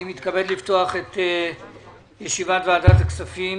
אני מתכבד לפתוח את ישיבת ועדת הכספים.